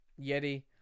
Yeti